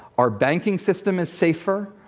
our banking system is safer.